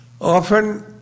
Often